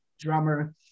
Drummer